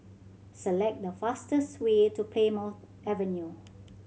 select the fastest way to Plymouth Avenue